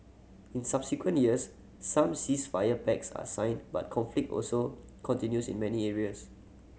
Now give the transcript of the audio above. in subsequent years some ceasefire pacts are signed but conflict also continues in many areas